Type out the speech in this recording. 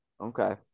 Okay